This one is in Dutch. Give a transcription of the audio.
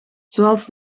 zoals